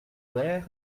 hier